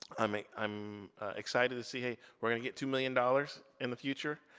i mean i'm excited to say hey we're gonna get two million dollars in the future.